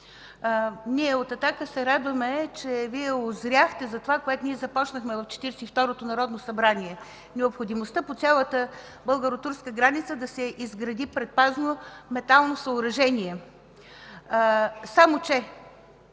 Ние от „Атака” се радваме, че Вие узряхте за това, което ние започнахме в Четиридесет и второто народно събрание – необходимостта по цялата българо-турска граница да се изгради предпазно метално съоръжение. Само че